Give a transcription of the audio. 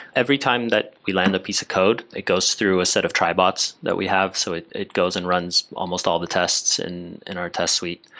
every time that we land a piece of code, it goes through a set of try bots that we have, so it it goes and runs almost all the tests tests and in our test suite,